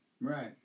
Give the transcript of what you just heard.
Right